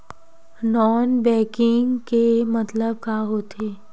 Non banking के मतलब का होथे?